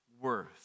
worth